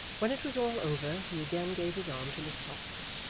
when it was all over, he again gave his arm to miss tox,